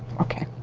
okay.